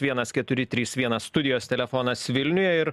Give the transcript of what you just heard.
vienas keturi trys vienas studijos telefonas vilniuje ir